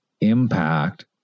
impact